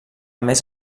més